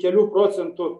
kelių procentų